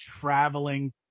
traveling